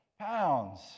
pounds